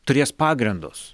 turės pagrindus